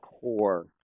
core